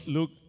Luke